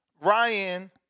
Ryan